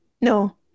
No